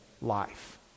life